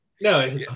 No